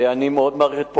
ואני מאוד מעריך את פועלם.